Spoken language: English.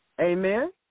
Amen